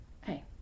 Hey